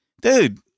dude